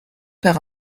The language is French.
par